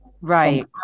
Right